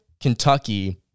Kentucky